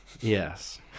Yes